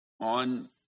on